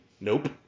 Nope